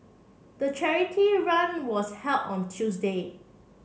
the charity run was held on Tuesday